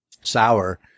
sour